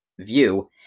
view